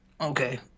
Okay